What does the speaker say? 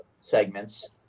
segments